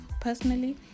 Personally